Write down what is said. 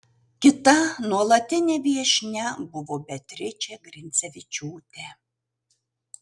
kita nuolatinė viešnia buvo beatričė grincevičiūtė